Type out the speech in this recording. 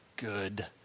Good